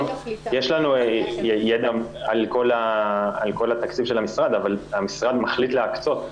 יש לנו ידע על כל התקציב של המשרד אבל המשרד מחליט להקצות.